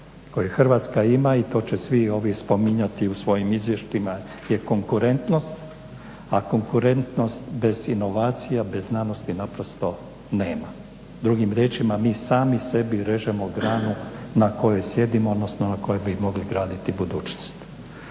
koji Hrvatska ima i to će svi ovi spominjati u svojim izvještajima je konkurentnost a konkurentnost bez inovacija, bez znanosti naprosto nema. Drugim riječima, mi sami sebi režemo granu na kojoj sjedimo odnosno na kojoj bi mogli graditi budućnosti.